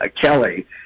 Kelly